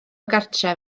gartref